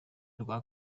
rwa